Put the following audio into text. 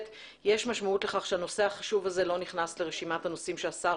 יש משמעות לכך שהנושא החשוב הזה לא נכנס לרשימת הנושאים שהשר